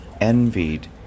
envied